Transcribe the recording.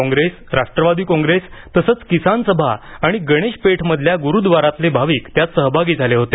काँग्रेस राष्ट्रवादी कॉंग्रेस तसंच किसान सभा आणि गणेश पेठमधल्या गुरुद्वारातले भाविक त्यात सहभागी झाले होते